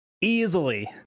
Easily